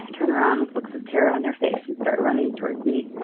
ah turnaround's looks of tear on their face and start running toward me.